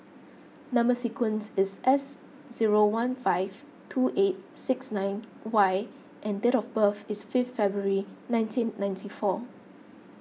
Number Sequence is S zero one five two eight six nine Y and date of birth is fifth February nineteen ninety four